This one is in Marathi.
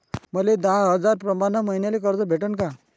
मले दहा हजार प्रमाण मईन्याले कर्ज भेटन का?